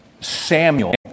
Samuel